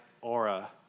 aura